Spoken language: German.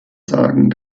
sagen